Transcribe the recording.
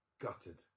gutted